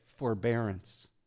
Forbearance